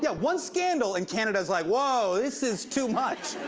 yeah one scandal and canada's like, whoa. this is too much.